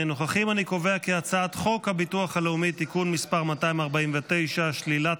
את הצעת חוק הביטוח הלאומי (תיקון מס' 249) (שלילת